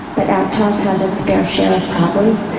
but aptos has its fair share of problems,